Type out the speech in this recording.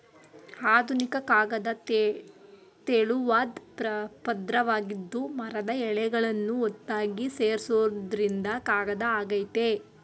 ಆಧುನಿಕ ಕಾಗದ ತೆಳುವಾದ್ ಪದ್ರವಾಗಿದ್ದು ಮರದ ಎಳೆಗಳನ್ನು ಒತ್ತಾಗಿ ಸೇರ್ಸೋದ್ರಿಂದ ಕಾಗದ ಆಗಯ್ತೆ